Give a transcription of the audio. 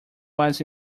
was